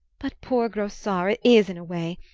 but poor grossart is in a way!